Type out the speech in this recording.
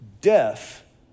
death